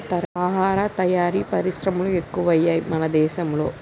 ఆహార తయారీ పరిశ్రమలు ఎక్కువయ్యాయి మన దేశం లో